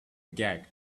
gag